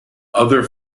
other